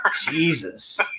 Jesus